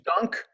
dunk